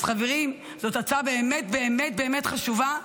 אז חברים, זאת הצעה באמת באמת באמת חשובה.